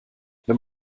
wenn